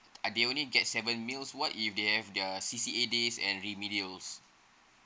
uh they only get seven meals what if they have their C_C_A days and remedial